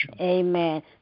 Amen